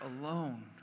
alone